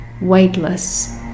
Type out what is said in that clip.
weightless